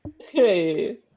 Hey